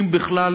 אם בכלל,